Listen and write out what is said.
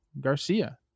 Garcia